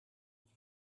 with